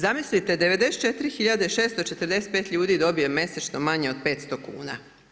Zamislite 94 645 ljudi dobije mjesečno manje od 500 kuna.